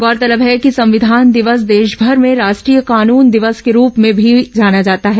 गौरतलब है कि संविधान दिवस देशभर में राष्ट्रीय कानून दिवस के रूप में भी जाना जाता है